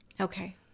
okay